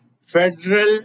federal